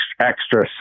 extra